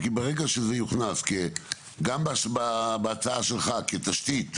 כי ברגע שזה יוכנס - גם בהצעה שלך - כתשתית,